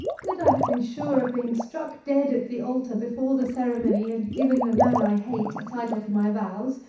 could i have been sure of being struck dead at the alter before the ceremony had given the man i hate a title to my vows,